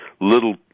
little